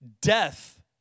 death